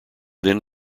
then